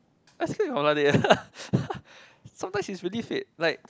asking sometimes it's really fate like